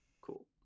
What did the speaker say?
Cool